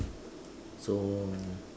so